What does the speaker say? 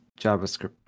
JavaScript